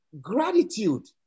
gratitude